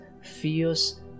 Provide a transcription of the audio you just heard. feels